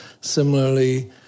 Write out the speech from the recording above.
Similarly